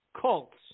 cults